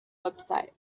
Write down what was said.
website